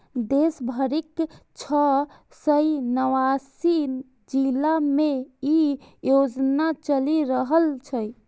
देश भरिक छह सय नवासी जिला मे ई योजना चलि रहल छै